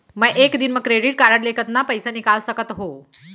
मैं एक दिन म क्रेडिट कारड से कतना पइसा निकाल सकत हो?